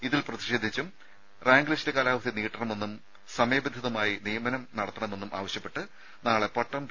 ഇതിൽ പ്രതിഷേധിച്ചും rank list കാലാവധി നീട്ടണമെന്നും സമയബന്ധിതമായി നിയമനം നടത്തണമെന്നും ആവശ്യപ്പെട്ട് നാളെ പട്ടം പി